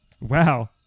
Wow